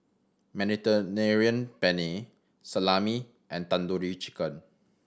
Mediterranean Penne Salami and Tandoori Chicken